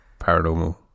paranormal